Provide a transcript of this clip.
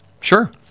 Sure